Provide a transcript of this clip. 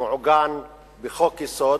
שמעוגן בחוק-יסוד,